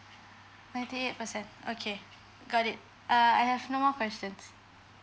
ninety eight percent okay got it err I have no more questions